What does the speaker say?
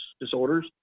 disorders